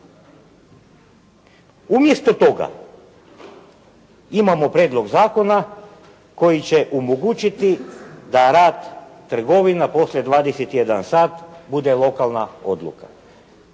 Umjesto toga imamo prijedlog zakona koji će omogućiti da rad trgovina poslije 21. sat bude lokalna odluka.